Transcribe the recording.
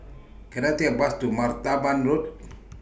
Can I Take A Bus to Martaban Road